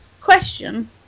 Question